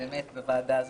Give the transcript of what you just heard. בוועדה הזאת.